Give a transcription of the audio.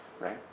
right